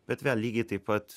bet lygiai taip pat